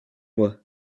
mois